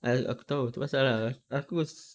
ah aku tahu itu pasal lah aku s~